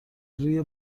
روی